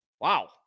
wow